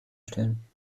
stellen